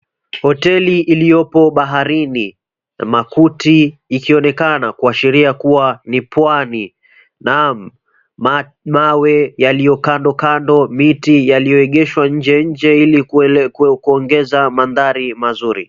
Hoteli iliyopo baharini na makuti ikionekana ikiashiria kuwa ni pwani, naam! Mawe yaliyo kandokando, miti yaliyoegeshwa nje nje ili kuongeza maandhari mazuri.